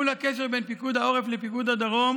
לייעול הקשר בין פיקוד העורף לפיקוד הדרום